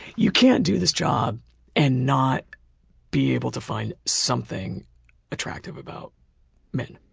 you can't do this job and not be able to find something attractive about men.